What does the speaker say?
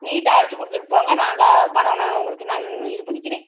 நீட்டாக அடித்துக் கொடுத்துட்டுப் போங்க நான் க பணம் நான் உங்களுக்கு நான் இது பண்ணிக்கிறேன்